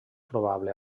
probable